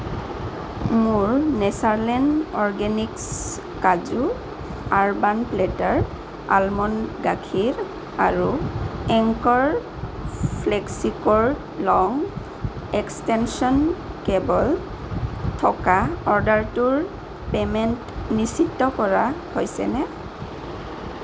মোৰ Natureland Organics কাজু Urban Platter almond গাখীৰ আৰু Anchor Flexi cord long extension cable থকা অৰ্ডাৰটোৰ পে'মেণ্ট নিশ্চিত কৰা হৈছেনে